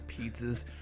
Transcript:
pizzas